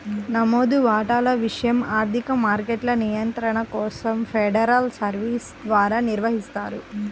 నమోదు వాటాల విషయం ఆర్థిక మార్కెట్ల నియంత్రణ కోసం ఫెడరల్ సర్వీస్ ద్వారా నిర్వహిస్తారు